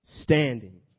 Standing